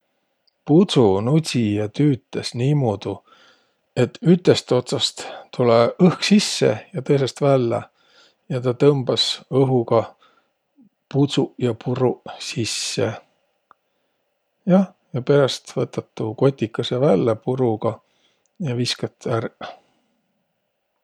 Pudsunudsija tüütäs niimuudu, et ütest otsast tulõ õhk sisse ja tõõsõst vällä. Ja tä tõmbas õhuga pudsuq ja puruq sisse. Jah, ja peräst võtat tuu kotikõsõ vällä puruga ja viskat ärq.